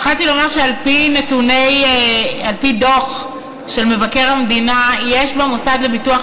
התחלתי לומר שעל-פי דוח של מבקר המדינה יש במוסד לביטוח